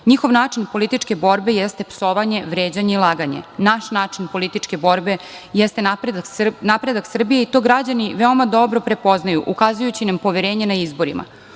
Njihov način političke borbe jeste psovanje, vređanje i laganje. Naš način političke borbe jeste napredak Srbije i to građani veoma dobro prepoznaju, ukazujući nam poverenje na izborima. Upravo